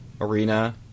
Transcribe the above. Arena